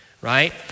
right